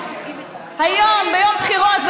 היום, ביום בחירות.